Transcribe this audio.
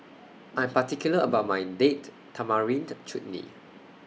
I Am particular about My Date Tamarind Chutney